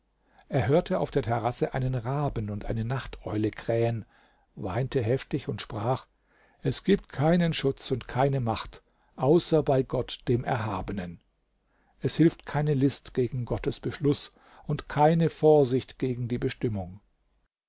er hörte auf der terrasse einen raben und eine nachteule krähen weinte heftig und sprach es gibt keinen schutz und keine macht außer bei gott dem erhabenen es hilft keine list gegen gottes beschluß und keine vorsicht gegen die bestimmung